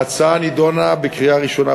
ההצעה נדונה ונתקבלה בקריאה ראשונה